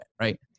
right